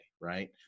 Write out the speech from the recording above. right